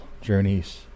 journeys